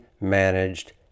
managed